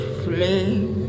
flame